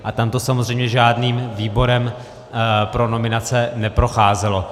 A tam to samozřejmě žádným výborem pro nominace neprocházelo.